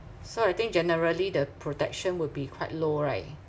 so I think generally the protection will be quite low right